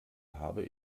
habe